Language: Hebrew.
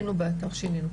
שינינו באתר ושינינו,